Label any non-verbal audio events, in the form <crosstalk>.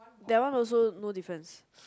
that one also no difference <noise>